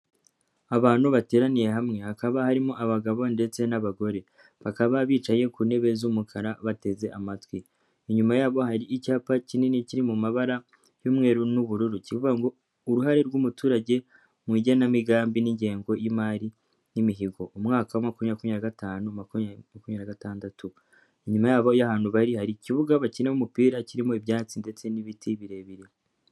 Abantu bateraniye hamwe hakaba harimo abagabo ndetse n'abagore, bakaba bicaye ku ntebe z'umukara bateze amatwi. Inyuma yabo hari icyapa kinini kiri mu mabara y'umweru n'ubururu, kirikuvuga ngo "uruhare rw'umuturage mu igenamigambi n'ingengo y'imari n'imihigo, umwaka wa makumyabiri, makumyabiri na gatanu, makumyabiri na gatandatu. Inyuma yabo y'ahantu bari hari ikibuga bakinamo umupira kirimo ibyatsi ndetse n'ibiti birebire.